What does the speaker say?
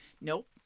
nope